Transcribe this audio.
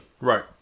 Right